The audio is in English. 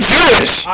Jewish